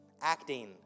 acting